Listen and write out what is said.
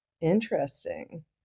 Interesting